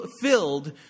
filled